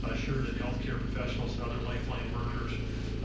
assure that healthcare professionals and other lifeline workers